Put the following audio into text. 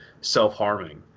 self-harming